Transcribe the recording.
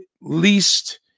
least